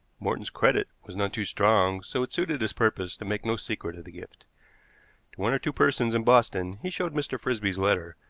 morton's credit was none too strong, so it suited his purpose to make no secret of the gift. to one or two persons in boston he showed mr. frisby's letter,